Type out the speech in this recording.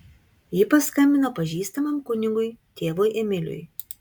ji paskambino pažįstamam kunigui tėvui emiliui